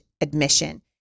admission